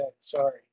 Sorry